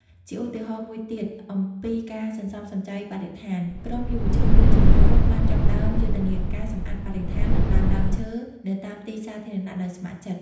ជាឧទាហរណ៍មួយទៀត អំពីការសន្សំសំចៃបរិស្ថាន ក្រុមយុវជនមួយចំនួនបានចាប់ផ្តើមយុទ្ធនាការសម្អាតបរិស្ថាន និងដាំដើមឈើនៅតាមទីសាធារណៈដោយស្ម័គ្រចិត្ត។